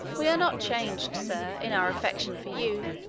we are not changed, sir, in our affection for you.